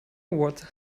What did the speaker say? what